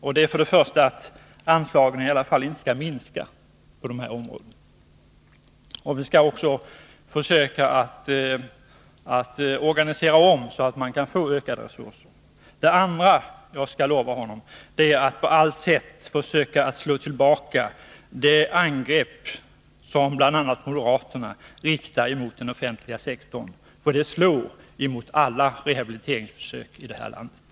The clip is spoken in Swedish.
För det första kan jag lova att anslagen i varje fall inte skall minska, och vi skall också försöka att göra omdisponeringar, så att man kan få ökade anslag på det här området. För det andra lovar jag Nils Carlshamre att vi på allt sätt skall försöka slå tillbaka det angrepp som bl.a. moderaterna riktar mot den offentliga sektorn, för det motverkar alla rehabiliteringsförsök i det här landet.